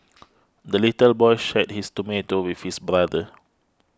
the little boy shared his tomato with his brother